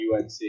UNC